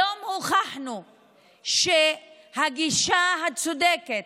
היום הוכחנו שהגישה הצודקת,